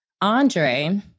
Andre